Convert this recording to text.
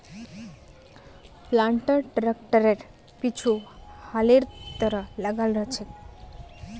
planter ट्रैक्टरेर पीछु हलेर तरह लगाल रह छेक